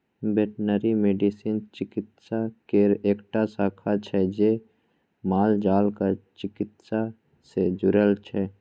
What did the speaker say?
veterinary medicine चिकित्सा केर एकटा शाखा छै जे मालजालक चिकित्सा सँ जुरल छै